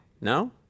No